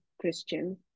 Christian